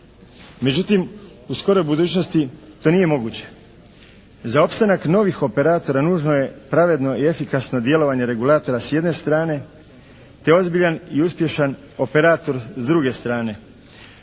Međutim, u skoroj budućnosti to nije moguće. Za opstanak novih operatora nužno je pravedno i efikasno djelovanje regulatora s jedne strane te ozbiljan i uspješan operator s druge strane.